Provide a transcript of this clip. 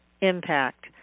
impact